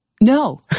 No